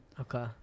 Okay